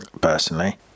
personally